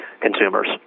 consumers